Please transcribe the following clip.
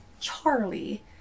charlie